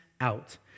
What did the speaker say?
out